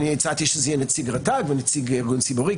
הצעתי שזה יהיה נציג רט"ג ונציג ארגון ציבורי,